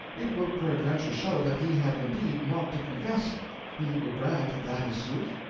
it will peradventure show that he had indeed naught to confess ye will grant that that is sooth?